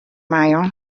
myeon